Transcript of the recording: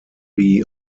bee